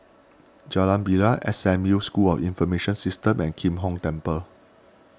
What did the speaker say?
Jalan Bilal S M U School of Information Systems and Kim Hong Temple